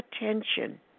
attention